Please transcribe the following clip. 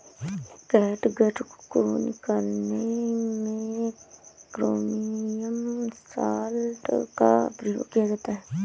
catgut को निकालने में क्रोमियम सॉल्ट का प्रयोग किया जाता है